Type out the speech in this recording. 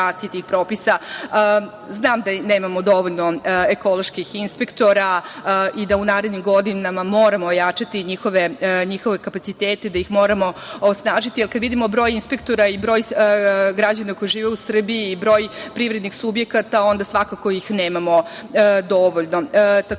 Znam da nemamo dovoljno ekoloških inspektora i da u narednim godinama moramo jačati njihove kapacitete, da ih moramo osnažiti, ali kada vidimo broj inspektora i broj građana koji žive u Srbiji i broj privrednih subjekata, onda svakako ih nemamo dovoljno. Takođe,